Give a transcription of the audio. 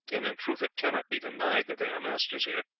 and in truth it cannot be denied that they are masters here,